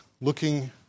looking